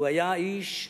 הוא היה איש אמת,